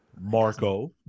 Marco